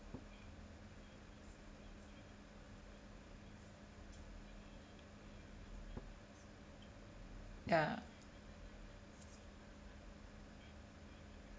ya